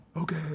Okay